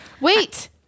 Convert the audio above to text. wait